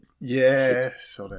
yes